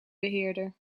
beheerder